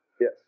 Yes